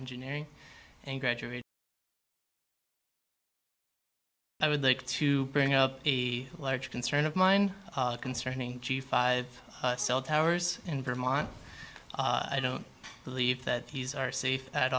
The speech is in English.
engineering and graduate i would like to bring up a large concern of mine concerning the five cell towers in vermont i don't believe that these are safe at